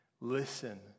Listen